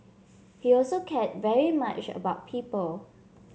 he also cared very much about people